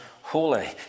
holy